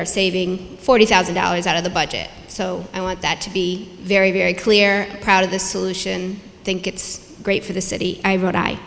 are saving forty thousand dollars out of the budget so i want that to be very very clear proud of the solution think it's great for the city i i wrote